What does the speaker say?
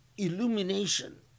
illumination